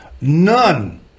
None